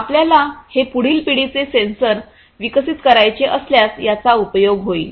आपल्याला हे पुढील पिढी चे सेन्सर्स विकसित करायचे असल्यास याचा उपयोग होईल